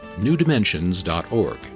newdimensions.org